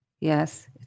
Yes